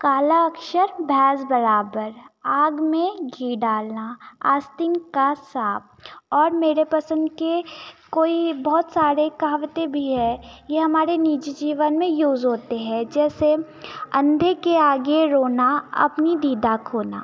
काला अक्षर भैंस बराबर आग में घी डालना आस्तीन का सांप और मेरे पसंद के कोई बहुत सारे कहावते भी है यह हमारे निजी जीवन में यूज़ होते हैं जैसे अंधे के आगे रोना अपनी दीदा खोना